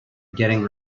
getting